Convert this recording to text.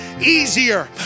Easier